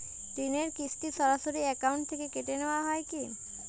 ঋণের কিস্তি সরাসরি অ্যাকাউন্ট থেকে কেটে নেওয়া হয় কি?